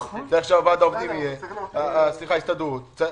שההסתדרות תהיה.